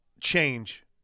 change